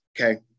Okay